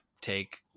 take